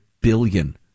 billion